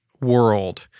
world—